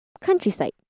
countryside